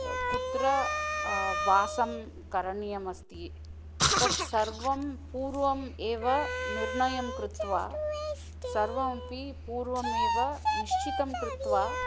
कुत्र वासं करणीयमस्ति तत्सर्वं पूर्वम् एव निर्णयं कृत्वा सर्वमपि पूर्वमेव निश्चितं कृत्वा